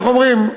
איך אומרים,